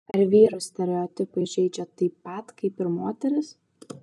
ar vyrus stereotipai žeidžia taip pat kaip ir moteris